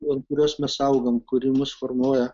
ant kurios mes augom kuri mus formuoja